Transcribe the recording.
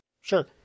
Sure